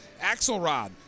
Axelrod